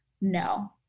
No